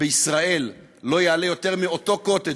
בישראל לא יעלה יותר מאותו קוטג',